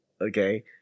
Okay